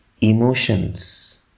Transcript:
emotions